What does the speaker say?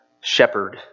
shepherd